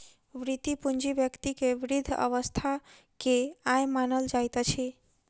वृति पूंजी व्यक्ति के वृद्ध अवस्था के आय मानल जाइत अछि